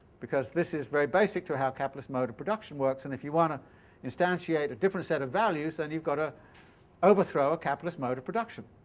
because this is very basic to how capitalist mode of production works. and if you wanna instantiate a different set of values, then you've gotta overthrow a capitalist mode of production.